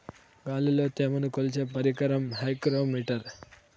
గాలిలో త్యమను కొలిచే పరికరమే హైగ్రో మిటర్